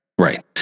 Right